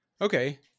Okay